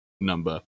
number